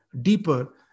deeper